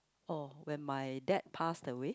oh when my dad passed away